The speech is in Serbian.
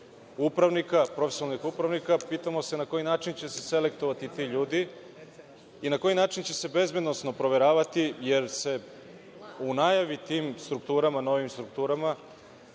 profesionalnih upravnika? Pitamo se na koji način će se selektovati ti ljudi i na koji način će se bezbednosno proveravati, jer se u najavi tim novim strukturama